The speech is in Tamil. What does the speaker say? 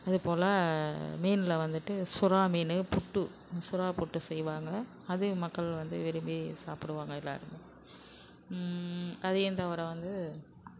அதேபோல் மீன்ல வந்துட்டு சுறா மீன் புட்டு சுறா புட்டு செய்வாங்க அதே மக்கள் வந்து விரும்பி சாப்பிடுவாங்க இதை அதையும் தவிர வந்து